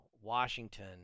washington